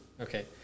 Okay